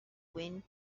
wind